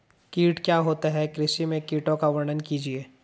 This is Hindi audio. कीट क्या होता है कृषि में कीटों का वर्णन कीजिए?